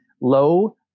Low